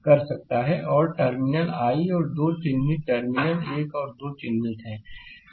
और टर्मिनल 1 और 2 चिह्नित है टर्मिनल 1 और 2 चिह्नित है